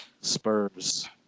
Spurs